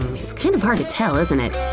it's kind of hard to tell, isn't it?